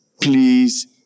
please